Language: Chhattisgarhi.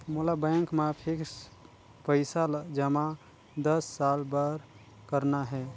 मोला बैंक मा फिक्स्ड पइसा जमा दस साल बार करना हे?